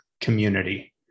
community